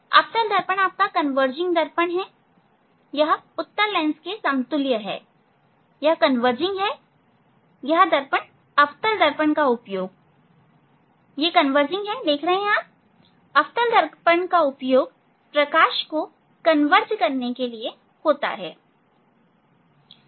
अवतल दर्पण कन्वर्जिंग दर्पण है यह उत्तल लेंस के समतुल्य है यह कन्वर्जिंग है यह दर्पण अवतल दर्पण का उपयोग प्रकाश को कन्वर्ज करने में उपयोग होता है